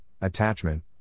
attachment